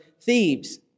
Thebes